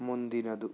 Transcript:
ಮುಂದಿನದು